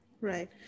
Right